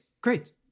great